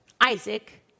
Isaac